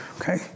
Okay